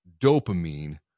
dopamine